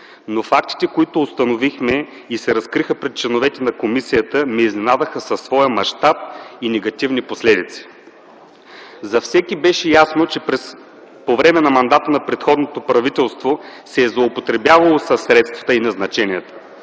но фактите, които установихме и се разкриха пред членовете на комисията, ни изненадаха със своя мащаб и негативни последици. За всеки беше ясно, че по време на мандата на предходното правителство се е злоупотребявало със средствата и назначенията,